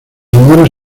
amores